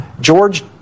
George